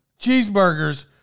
cheeseburgers